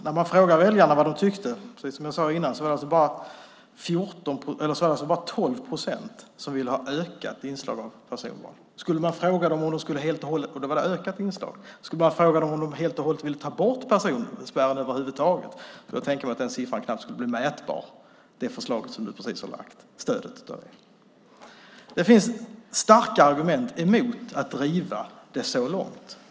När man frågat väljarna vad de tycker är det, precis som jag tidigare sagt, bara 12 procent som vill ha ett ökat inslag av personval. Om man frågade väljarna om det helt och hållet borde vara ett ökat inslag av personval och om de vill ta bort personspärren över huvud taget skulle, kan jag tänka mig, svaret bli en knappt mätbar siffra vad gäller stödet för det förslag som du, Annie, precis har lagt fram. Det finns starka argument mot att driva det så långt.